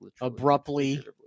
abruptly